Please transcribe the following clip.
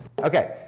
Okay